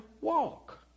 walk